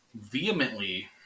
vehemently